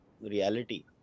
reality